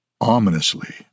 Ominously